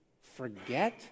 forget